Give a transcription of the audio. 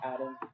Adam